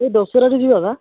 ଏ ଦଶହରାରେ ଯିବା ପା